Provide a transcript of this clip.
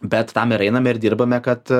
bet tam ir einame ir dirbame kad